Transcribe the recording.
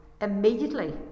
immediately